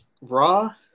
Raw